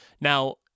now